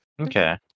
Okay